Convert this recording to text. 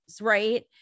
right